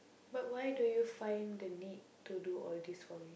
but why do you find the need to do all these for me